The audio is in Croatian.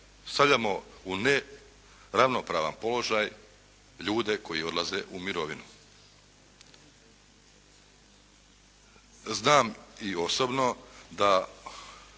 stavljamo u neravnopravan položaj ljude koji odlaze u mirovinu. Znam i osobno da